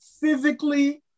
physically